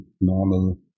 normal